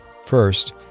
First